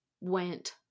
went